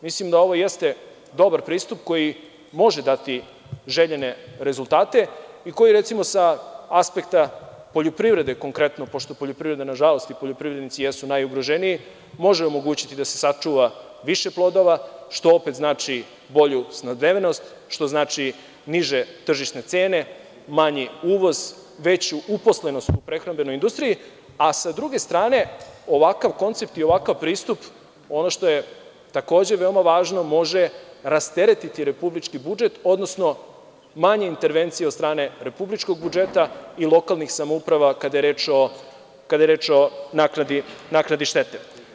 Mislimo da ovo jeste dobar pristup koji može dati željene rezultate i koji recimo sa aspekta poljoprivrede konkretno, pošto poljoprivreda nažalost i poljoprivrednici jesu najugroženiji, može omogućiti da se sačuva više plodova, što opet znači bolju snabdevenost, što znači niže tržišne cene, manji uvoz, veću uposlenost u prehrambenoj industriji, a sa druge strane, ovakav koncept i ovakav pristup, ono što je takođe veoma važno, može rasteretiti republički budžet, odnosno manje intervencije od strane republičkog budžeta i lokalnih samouprava kada je reč o naknadi štete.